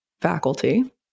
faculty